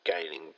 gaining